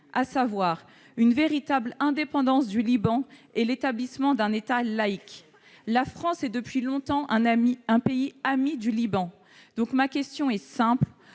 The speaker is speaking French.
: une véritable indépendance du Liban et l'établissement d'un État laïque. La France est depuis longtemps un pays ami du Liban. Comment